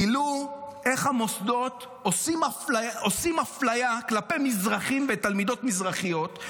גילו איך המוסדות עושים אפליה כלפי מזרחים ותלמידות מזרחיות.